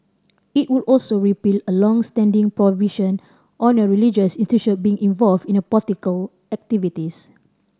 it would also repeal a long standing prohibition on a religious institution being involved in a political activities